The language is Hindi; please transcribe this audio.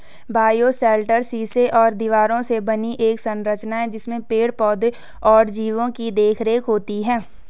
बायोशेल्टर शीशे और दीवारों से बनी एक संरचना है जिसमें पेड़ पौधे और जीवो की देखरेख होती है